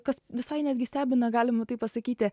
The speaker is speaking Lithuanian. kas visai netgi stebina galima taip pasakyti